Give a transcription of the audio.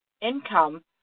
income